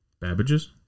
Babbage's